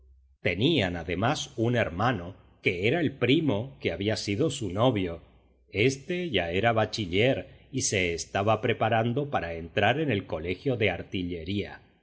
tenían además un hermano que era el primo que había sido su novio éste ya era bachiller y se estaba preparando para entrar en el colegio de artillería